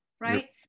right